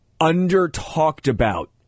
under-talked-about